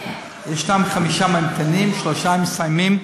יש חמישה ממתינים, שלושה מסיימים.